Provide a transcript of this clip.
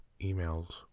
emails